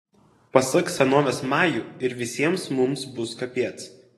pasak senovės majų ir visiems mums bus kapec